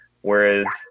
Whereas